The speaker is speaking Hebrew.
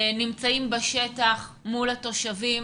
שנמצאים בשטח מול התושבים.